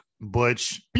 Butch